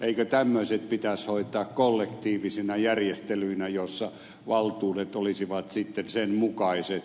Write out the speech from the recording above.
eikö tämmöiset pitäisi hoitaa kollektiivisina järjestelyinä joissa valtuudet olisivat sen mukaiset